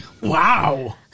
Wow